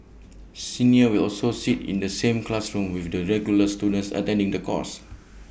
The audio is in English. seniors will also sit in the same classrooms with the regular students attending the course